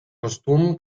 costum